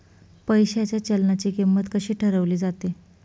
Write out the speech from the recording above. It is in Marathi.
पैशाच्या चलनाची किंमत कशी ठरवली जाते